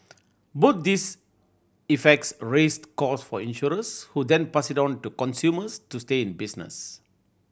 both these effects raise cost for insurers who then pass it on to consumers to stay in business